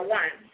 one